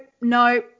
no